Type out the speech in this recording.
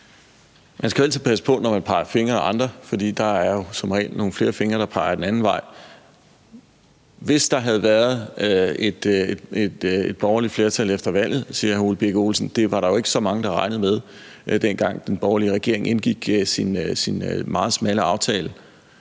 Man skal jo altid passe på, når man peger fingre ad andre, for der er som regel nogle flere fingre, der peger den anden vej. Hr. Ole Birk Olesen siger: Hvis der havde været et borgerligt flertal efter valget. Det var der jo ikke så mange der regnede med, dengang den borgerlige regering indgik sin meget smalle aftale,